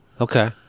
Okay